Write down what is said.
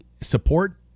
support